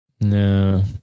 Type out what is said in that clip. no